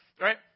Right